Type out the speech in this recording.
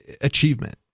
achievement